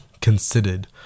considered